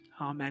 Amen